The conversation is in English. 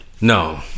No